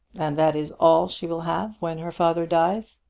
and that is all she will have when her father dies?